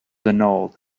annulled